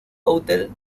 hotel